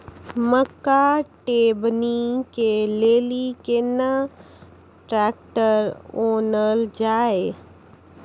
मक्का टेबनी के लेली केना ट्रैक्टर ओनल जाय?